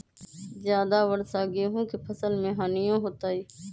ज्यादा वर्षा गेंहू के फसल मे हानियों होतेई?